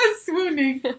Swooning